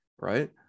Right